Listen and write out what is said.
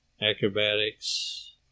acrobatics